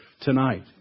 tonight